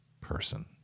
person